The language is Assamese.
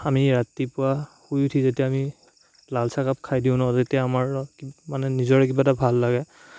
আমি ৰাতিপুৱা শুই উঠি যেতিয়া আমি লাল চাহকাপ খাই দিওঁ ন তেতিয়া আমাৰ মানে নিজৰে কিবা এটা ভাল লাগে